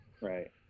Right